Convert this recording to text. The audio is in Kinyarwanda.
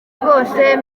rwose